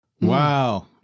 Wow